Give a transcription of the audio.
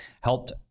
helped